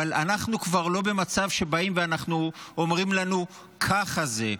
אבל אנחנו כבר לא במצב שבאים ואומרים לנו: ככה זה,